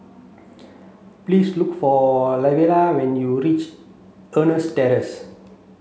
please look for Lavera when you reach Eunos Terrace